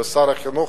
שר החינוך